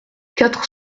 quatre